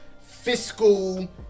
fiscal